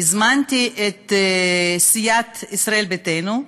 הזמנתי את סיעת ישראל ביתנו,